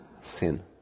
sin